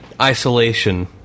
isolation